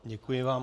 Děkuji vám.